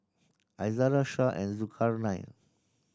Izara Syah and Zulkarnain